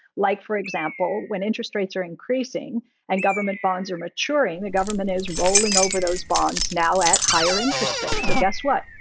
like, for example, when interest rates are increasing and government bonds are maturing, the government is rolling over those bonds now at higher interest rates. so guess what?